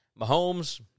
Mahomes